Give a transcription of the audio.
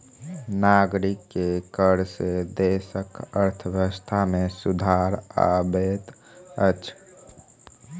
नागरिक के कर सॅ देसक अर्थव्यवस्था में सुधार अबैत अछि